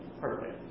perfect